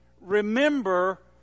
Remember